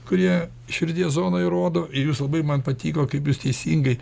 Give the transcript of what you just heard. kurie širdies zonoj rodo jūs labai man patiko kaip jūs teisingai